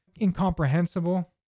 incomprehensible